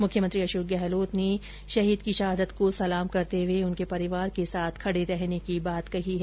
मुख्यमंत्री अशोक गहलोत ने शहीद राजीव सिंह की शहादत को सलाम करते हुए उनके परिवार के साथ खडे रहने की बात कही है